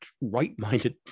right-minded